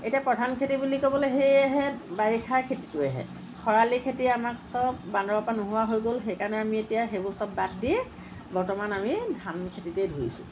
এতিয়া প্ৰধান খেতি বুলি ক'বলে সেইহে বাৰিষাৰ খেতিটোৱেহে খৰালি খেতি আমাক চব বান্দৰৰ পৰা নোহোৱা হৈ গ'ল সেইকাৰণে আমি এতিয়া সেইবোৰ চব বাদ দি বৰ্তমান আমি ধান খেতিতেই ধৰিছোঁ